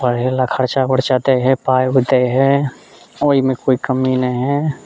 पढ़ेला खर्चा बरचा दय हय पाइ ओइ दय हय एहिमे कोइ कमी नहि हय